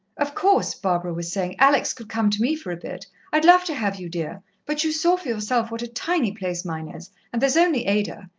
of course, barbara was saying, alex could come to me for a bit i'd love to have you, dear but you saw for yourself what a tiny place mine is and there's only ada.